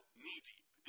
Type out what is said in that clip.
knee-deep